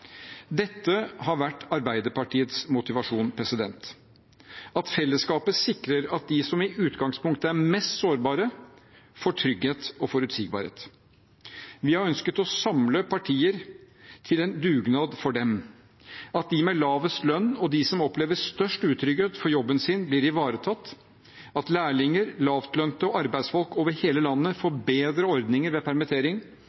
Dette har vært Arbeiderpartiets motivasjon: at fellesskapet sikrer at de som utgangspunktet er mest sårbare, får trygghet og forutsigbarhet. Vi har ønsket å samle partier til en dugnad for dem – at de med lavest lønn og de som opplever størst utrygghet for jobben sin, blir ivaretatt, at lærlinger, lavtlønte og arbeidsfolk over hele landet